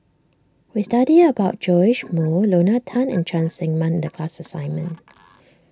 we studied about Joash Moo Lorna Tan and Cheng Tsang Man the class assignment